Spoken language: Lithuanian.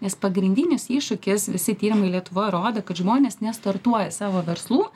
nes pagrindinis iššūkis visi tyrimai lietuvoj rodo kad žmonės nestartuoja savo verslų